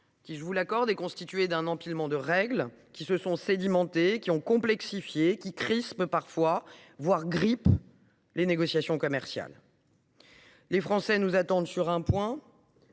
qui, je vous l’accorde, est constitué d’un empilement de règles sédimentées, lesquelles complexifient et parfois crispent, voire grippent, les négociations commerciales. Les Français nous attendent sur un point